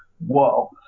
whoa